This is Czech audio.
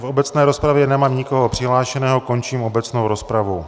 V obecné rozpravě nemám nikoho přihlášeného, končím obecnou rozpravu.